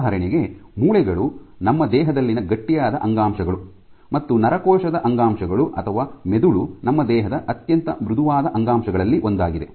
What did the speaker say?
ಉದಾಹರಣೆಗೆ ಮೂಳೆಗಳು ನಮ್ಮ ದೇಹದಲ್ಲಿನ ಗಟ್ಟಿಯಾದ ಅಂಗಾಂಶಗಳು ಮತ್ತು ನರಕೋಶದ ಅಂಗಾಂಶಗಳು ಅಥವಾ ಮೆದುಳು ನಮ್ಮ ದೇಹದ ಅತ್ಯಂತ ಮೃದುವಾದ ಅಂಗಾಂಶಗಳಲ್ಲಿ ಒಂದಾಗಿದೆ